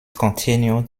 continued